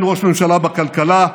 אין ראש ממשלה בכלכלה,